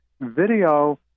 video